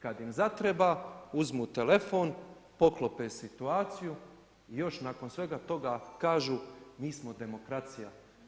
Kada im zatreba uzmu telefon, poklope situaciju i još nakon svega toga kažu mi smo demokracija.